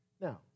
Now